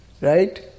Right